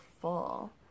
full